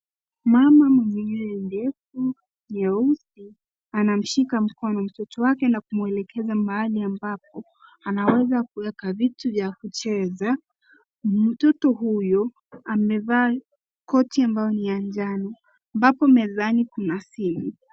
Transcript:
Mama mwenye nywele ndefu nyeusi anamshika mkono mtoto wake na kumwelekeza mahali ambapo anaweza kuweka vitu vya kucheza. Mtoto huyo amevaa koti ambayo ni ya njano ambapo mezani kuna simu.